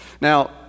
Now